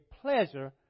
pleasure